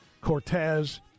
Cortez